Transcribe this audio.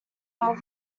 rather